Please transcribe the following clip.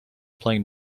playing